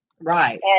Right